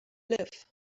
live